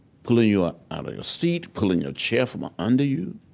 pulling you out of your seat, pulling your chair from ah under you,